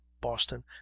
Boston